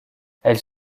elles